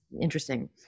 interesting